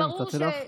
נתתי לך.